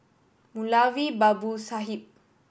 Moulavi Babu Sahib